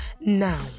now